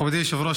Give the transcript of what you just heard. מכובדי היושב-ראש,